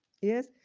Yes